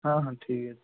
ହଁ ହଁ ଠିକ୍ ଅଛି